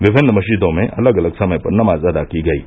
विभिन्न मस्जिदों में अलग अलग समय पर नमाज अदा की गयी